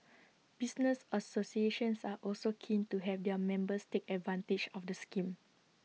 business associations are also keen to have their members take advantage of the scheme